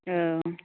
ओं